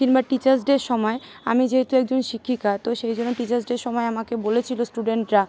কিংবা teachers day এর সময় আমি যেহেতু একজন শিক্ষিকা তো সেই জন্য টিচার্স ডে সময় আমাকে বলেছিল স্টুডেন্টরা